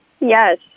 Yes